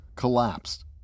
Collapsed